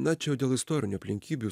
na čia dėl istorinių aplinkybių